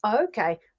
Okay